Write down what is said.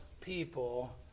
people